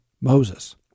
Moses